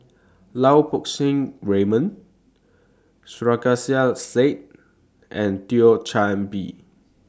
Lau Poo Seng Raymond Sarkasi Said and Thio Chan Bee